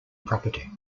property